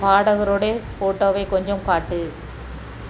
பாடகரோட ஃபோட்டோவை கொஞ்சம் காட்டு